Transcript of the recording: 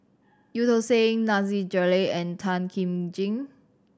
Eu Tong Sen Nasir Jalil and Tan Kim Ching